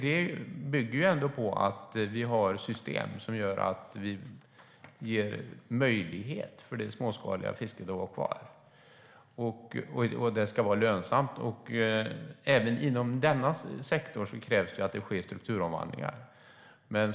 Det bygger dock på att vi ger det småskaliga fisket möjlighet att vara kvar och vara lönsamt. Även inom denna sektor krävs det strukturomvandlingar.